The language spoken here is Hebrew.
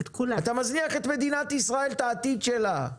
אתה מזניח את מדינת ישראל, את העתיד שלה,